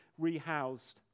rehoused